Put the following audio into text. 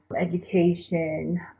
education